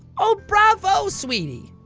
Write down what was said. oh bravo, sweetie!